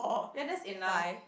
eh that's enough